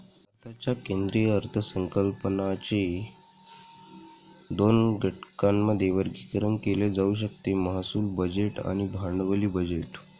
भारताच्या केंद्रीय अर्थसंकल्पाचे दोन घटकांमध्ये वर्गीकरण केले जाऊ शकते महसूल बजेट आणि भांडवली बजेट